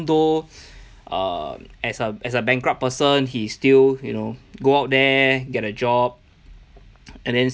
though uh as a as a bankrupt person he still you know go out there get a job and then